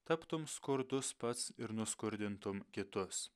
taptum skurdus pats ir nuskurdintum kitus